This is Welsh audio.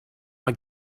mae